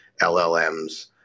LLMs